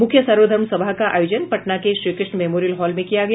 मुख्य सर्वधर्म सभा का आयोजन पटना के श्रीकृष्ण मेमोरियल हॉल में किया गया